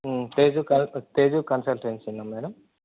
Teju car Teju కన్సల్టెన్సీనా madam